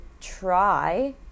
try